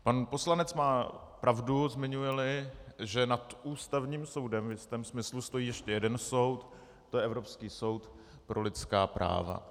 Pan poslanec má pravdu, zmiňujeli, že nad Ústavním soudem v jistém smyslu stojí ještě jeden soud, to je Evropský soud pro lidská práva.